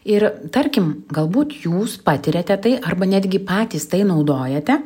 ir tarkim galbūt jūs patiriate tai arba netgi patys tai naudojate